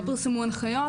לא פורסמו הנחיות,